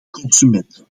consumenten